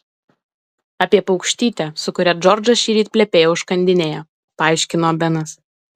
apie paukštytę su kuria džordžas šįryt plepėjo užkandinėje paaiškino benas